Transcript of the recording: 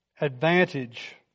advantage